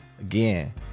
Again